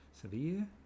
severe